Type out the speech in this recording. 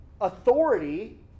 authority